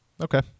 Okay